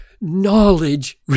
knowledge